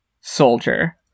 soldier